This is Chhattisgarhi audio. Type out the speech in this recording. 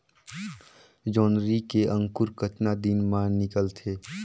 जोंदरी के अंकुर कतना दिन मां निकलथे?